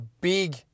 big